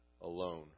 Alone